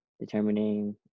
determining